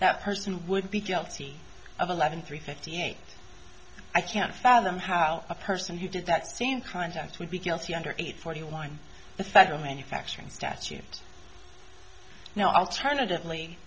that person would be guilty of eleven three fifty eight i can't fathom how a person who did that same crimes act would be guilty under eight forty line the federal money factoring statute now alternatively